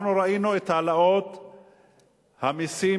ראינו את העלאות המסים,